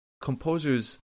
composers